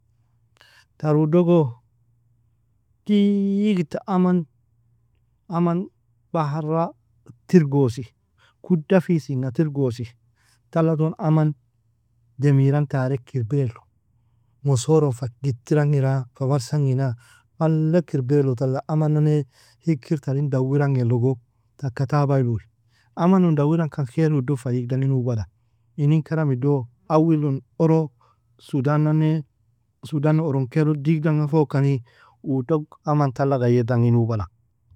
Tar uu dogo digita aman aman bahara tirgosi kudafisinga tirgosi talaton aman demiran tarek irbiriu mosoro fa gitirangina fa marsangina malek iribiru tala aman nane hikir tarin dawirange logo taka tabail uu amannun dawirang kan khair uu dog irog fa digidangi nubala inin karmido awilon uro sudannane sudana uronkail digdanga foagkani udog aman tala ghairdangi nubala.